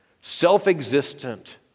self-existent